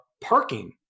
parking